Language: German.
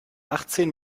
achtzehn